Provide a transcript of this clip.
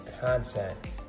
content